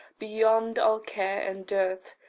beyond all care and dearth.